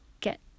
get